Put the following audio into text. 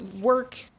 work